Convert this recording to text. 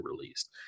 released